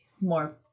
more